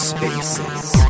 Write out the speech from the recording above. Spaces